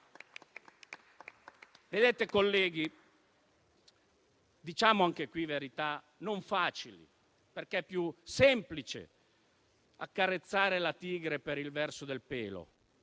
Colleghi, diciamo anche qui verità non facili, perché è più semplice accarezzare la tigre per il verso del pelo;